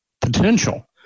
potential